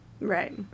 Right